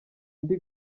indi